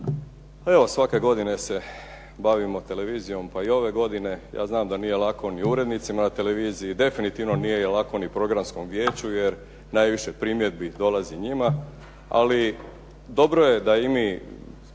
evo svake godine se bavimo televizijom pa i ove godine. Ja znam da nije lako ni urednicima na televiziji, definitivno nije lako ni programskom vijeću, jer najviše primjedbi dolazi njima. Ali dobro je da i mi